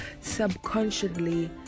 Subconsciously